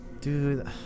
Dude